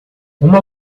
uma